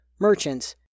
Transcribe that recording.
merchants